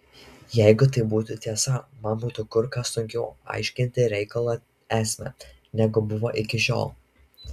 jeigu tai būtų tiesa man būtų kur kas sunkiau aiškinti reikalo esmę negu buvo iki šiol